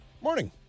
Morning